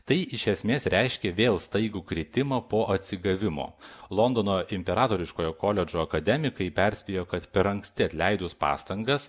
tai iš esmės reiškia vėl staigų kritimą po atsigavimo londono imperatoriškojo koledžo akademikai perspėjo kad per anksti atleidus pastangas